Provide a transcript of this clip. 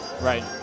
Right